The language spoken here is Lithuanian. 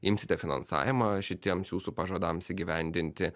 imsite finansavimą šitiems jūsų pažadams įgyvendinti